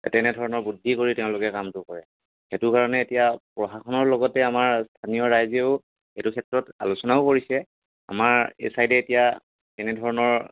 তেনেধৰণৰ বুদ্ধি কৰি তেওঁলোকে কামটো কৰে সেইটো কাৰণে এতিয়া প্ৰশাসনৰ লগতে আমাৰ স্থানীয় ৰাইজেও এইটো ক্ষেত্ৰত আলোচনাও কৰিছে আমাৰ এই চাইডে এতিয়া এনেধৰণৰ